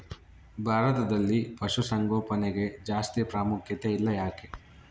ಭಾರತದಲ್ಲಿ ಪಶುಸಾಂಗೋಪನೆಗೆ ಜಾಸ್ತಿ ಪ್ರಾಮುಖ್ಯತೆ ಇಲ್ಲ ಯಾಕೆ?